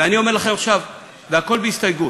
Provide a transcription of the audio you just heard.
ואני אומר לכם עכשיו, והכול בהסתייגות: